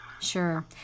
Sure